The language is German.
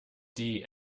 die